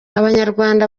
abanyarwanda